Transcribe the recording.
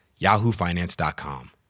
YahooFinance.com